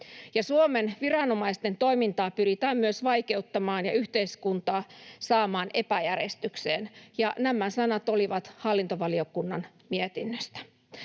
Suomen viranomaisten toimintaa pyritään myös vaikeuttamaan ja yhteiskuntaa saamaan epäjärjestykseen.” Nämä sanat olivat hallintovaliokunnan mietinnöstä.